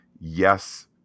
Yes